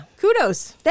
kudos